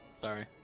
Sorry